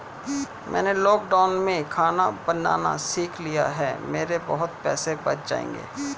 मैंने लॉकडाउन में खाना बनाना सीख लिया है, मेरे बहुत पैसे बच जाएंगे